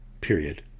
Period